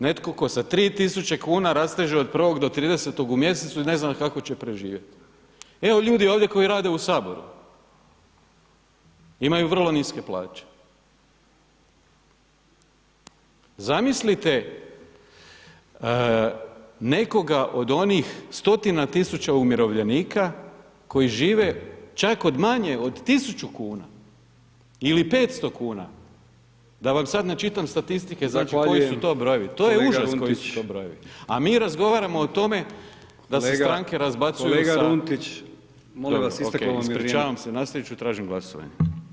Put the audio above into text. Netko tko sa 3.000 kuna rasteže od 1. do 30. u mjesecu i ne zna kako će preživjeti, evo ljudi ovdje koji rade u Saboru, imaju vrlo niske plaće, zamislite nekoga od onih stotina tisuća umirovljenika koji žive čak od manje od tisuću kuna ili 500 kn, da vam sada ne čitam statistike koji su to brojevi, to je užas koji su to brojevi, a mi razgovaramo o tome, da se stranke razbacaju sa [[Upadica Brkić: Kolega Runtić, molim vas isteklo vam je vrijeme.]] dobro, ok, ispričavam se, nastaviti ću, tražim glasovanje.